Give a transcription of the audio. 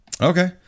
Okay